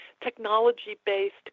technology-based